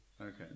Okay